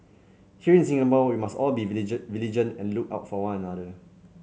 here in Singapore we must all be vigilant and look out for one another